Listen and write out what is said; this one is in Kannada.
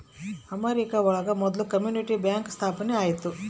ಅಮೆರಿಕ ಒಳಗ ಮೊದ್ಲು ಕಮ್ಯುನಿಟಿ ಬ್ಯಾಂಕ್ ಸ್ಥಾಪನೆ ಆಯ್ತು